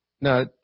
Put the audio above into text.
now